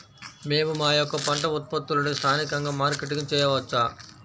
మేము మా యొక్క పంట ఉత్పత్తులని స్థానికంగా మార్కెటింగ్ చేయవచ్చా?